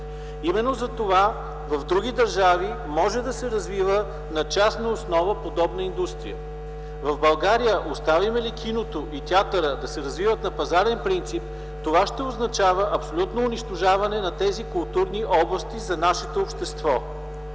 Именно затова в други държави подобна индустрия може да се развива на частна основа. В България оставим ли киното и театъра да се развиват на пазарен принцип – това ще означава абсолютно унищожаване на тези културни области за нашето общество.